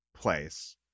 place